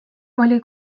oli